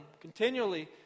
continually